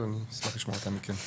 אבל אני אשמח לשמוע אותה מכם.